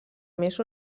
més